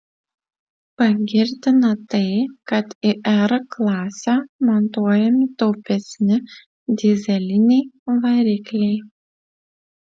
pagirtina tai kad į r klasę montuojami taupesni dyzeliniai varikliai